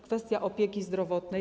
Kwestia opieki zdrowotnej?